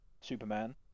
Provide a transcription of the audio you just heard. Superman